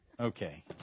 Okay